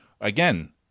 again